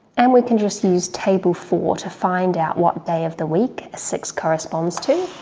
and we can just use table four to find out what day of the week six corresponds to,